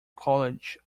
college